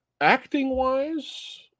acting-wise